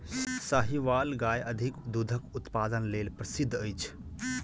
साहीवाल गाय अधिक दूधक उत्पादन लेल प्रसिद्ध अछि